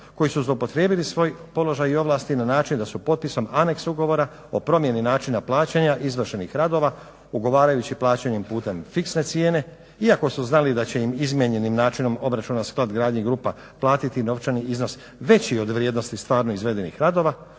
koji su zloupotrijebili svoj položaj i ovlasti na način da su potpisom anexa ugovora o promjeni načina plaćanja izvršenih radova, ugovarajući plaćanje putem fiksne cijene iako su znali da će im izmijenjenim načinom obračuna Sklad gradnja grupa platiti novčani iznos veći od vrijednosti stvarno izvedenih radova